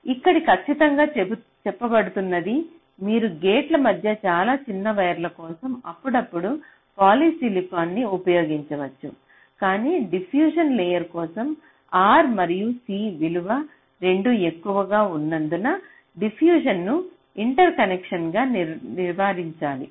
ఇక్కడ ఖచ్చితంగా చెప్పబడుతున్నది మీరు గేట్ల మధ్య చాలా చిన్న వైర్ల కోసం అప్పుడప్పుడు పాలిసిలికాన్ను ఉపయోగించవచ్చు కాని డిఫ్యూషన్ లేయర్ కోసం R మరియు C విలువలు రెండూ ఎక్కువగా ఉన్నందున డిఫ్యూషన్ ను ఇంటర్కనెక్షన్లుగా నివారించాలి